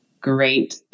great